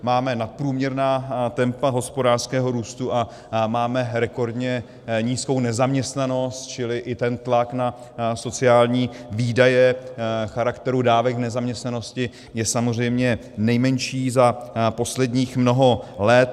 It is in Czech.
Máme nadprůměrná tempa hospodářského růstu a máme rekordně nízkou nezaměstnanost, čili i ten tlak na sociální výdaje charakteru dávek v nezaměstnanosti je samozřejmě nejmenší za posledních mnoho let.